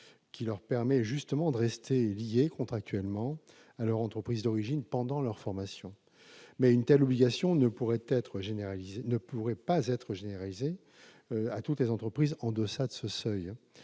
qui leur permet justement de rester liés contractuellement à leur entreprise d'origine pendant leur formation. Toutefois, une telle obligation ne pourrait pas être généralisée à toutes les entreprises en deçà de ce seuil.